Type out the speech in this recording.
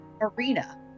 arena